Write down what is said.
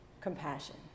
compassion